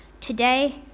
today